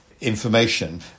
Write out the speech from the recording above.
information